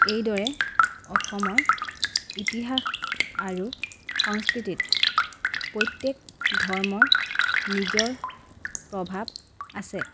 এইদৰে অসমৰ ইতিহাস আৰু সংস্কৃতিত প্ৰত্যেক ধৰ্মৰ নিজৰ প্ৰভাৱ আছে